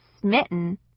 smitten